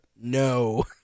no